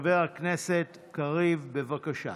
חבר הכנסת קריב, בבקשה.